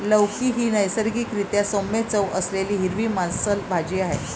लौकी ही नैसर्गिक रीत्या सौम्य चव असलेली हिरवी मांसल भाजी आहे